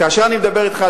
כאשר אני מדבר אתך,